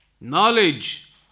Knowledge